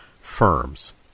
firms